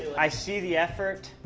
i see the effort,